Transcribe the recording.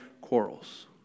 quarrels